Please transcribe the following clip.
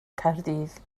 caerdydd